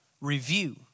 review